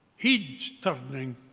hinge turning